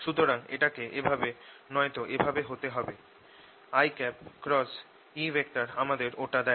সুতরাং এটাকে এভাবে নয়তো এভাবে হতে হবে আমাদের ওটা দেয়